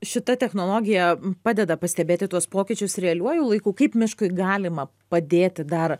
šita technologija padeda pastebėti tuos pokyčius realiuoju laiku kaip miškui galima padėti dar